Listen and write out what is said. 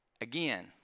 Again